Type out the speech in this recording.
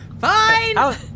fine